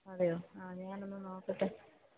അതെയോ ആ ഞാനൊന്ന് നോക്കട്ടെ